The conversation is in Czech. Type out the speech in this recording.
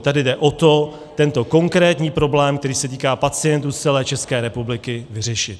Tady jde o to, tento konkrétní problém, který se týká pacientů z celé České republiky, vyřešit.